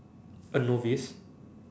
a novice